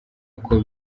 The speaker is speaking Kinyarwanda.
uko